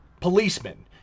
policemen